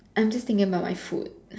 I'm just thinking about my food